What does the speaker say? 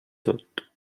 tot